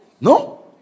No